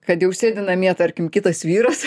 kad jau sėdi namie tarkim kitas vyras